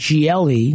GLE